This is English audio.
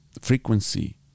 frequency